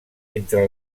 entre